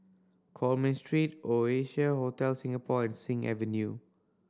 Coleman Street Oasia Hotel Singapore and Sing Avenue